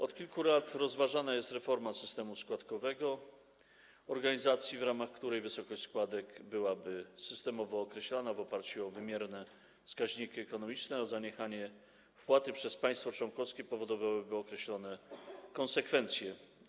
Od kilku lat rozważana jest reforma systemu składkowego organizacji, w świetle której wysokość składek byłaby systemowo określana w oparciu o wymierne wskaźniki ekonomiczne, a zaniechanie wpłaty przez państwo członkowskie powodowałoby określone konsekwencje.